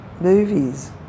movies